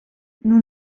nous